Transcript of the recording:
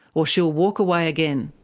or she'll walk away again.